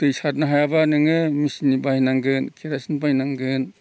दै सारनो हायाब्ला नोङो मेचिन बाहायनांगोन केर'सिन बायनांगोन